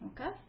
Okay